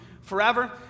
forever